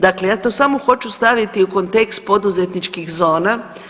Dakle ja to samo hoću staviti u kontekst poduzetničkih zona.